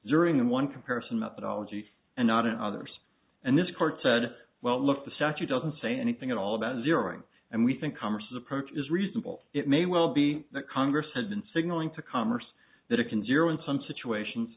during the one comparison methodology and not in others and this court said well look the set you doesn't say anything at all about zeroing and we think congress approach is reasonable it may well be that congress has been signaling to commerce the dickens era in some situations